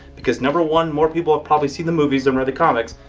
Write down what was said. because number one more people have probably seen the movies than read the comics,